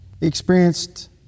experienced